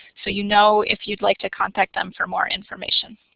so you know if you'd like to contact them for more information.